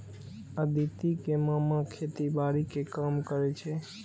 अदिति के मामा खेतीबाड़ी के काम करै छै